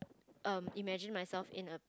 um imagine myself in a